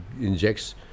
injects